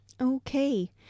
Okay